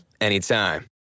anytime